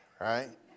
right